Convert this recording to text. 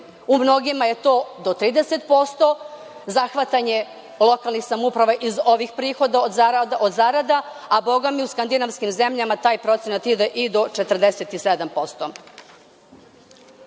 u mnogima je to do 30%, zahvatanje lokalnih samouprava iz ovih prihoda od zarada, a Boga mi, u skandinavskim zemljama taj procenat ide i do 47%.Vi